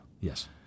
yes